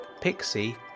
Pixie